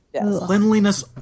Cleanliness